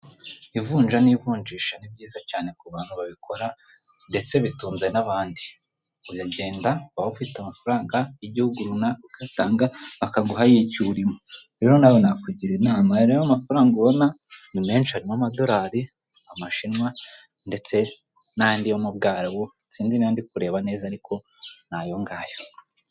Ivunja n'ivunjisha ni ryiza cyane kubantu babikora, ndetse bitunze n'abandi. Uragenda waba ufite amafaranga y'igihugu runaka ukayatanga bakaguha ayicyurimo. Rero nawe nakugira inama. Aya rero mafaranga ubona ni menshi arimo: amadorari, amashinwa, n'ayandi yo mu Ubwarabu, sinzi niba ndi kureba neza ariko ni ayo ngayo.